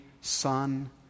son